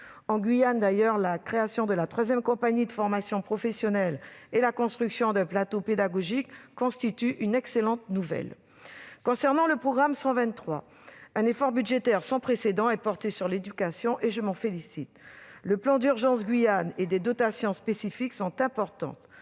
En Guyane, la création de la troisième compagnie de formation professionnelle et la construction d'un plateau pédagogique constituent une excellente nouvelle. Concernant le programme 123, un effort budgétaire sans précédent est porté sur l'éducation. Je m'en félicite. Le plan d'urgence Guyane et des dotations spécifiques sont importants.